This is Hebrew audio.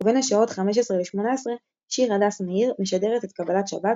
ובין השעות 1500–1800 שיר הדס מאיר משדרת את "קבלת שבת",